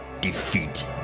defeat